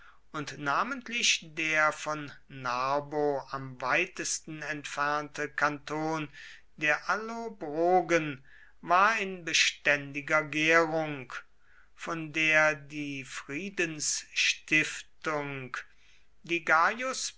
und namentlich der von narbo am weitesten entfernte kanton der allobrogen war in beständiger gärung von der die friedensstiftung die